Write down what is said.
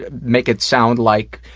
but make it sound like,